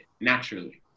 Naturally